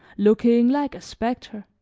looking like a specter.